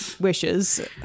wishes